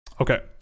okay